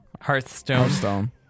Hearthstone